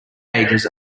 ages